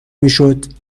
میشد